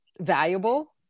valuable